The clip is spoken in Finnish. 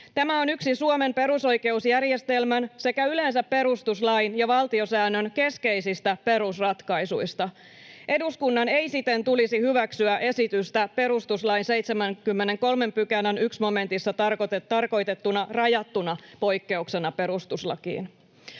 Tämä on yksi Suomen perusoikeusjärjestelmän sekä yleensä perustuslain ja valtiosäännön keskeisistä perusratkaisuista. Eduskunnan ei siten tulisi hyväksyä esitystä perustuslain 73 §:n 1 momentissa tarkoitettuna rajattuna poikkeuksena perustuslakiin.